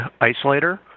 isolator